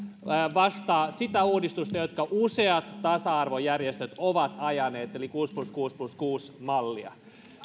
vastaa sitä uudistusta jota useat tasa arvojärjestöt ovat ajaneet eli kuusi plus kuusi plus kuusi mallia